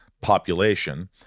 population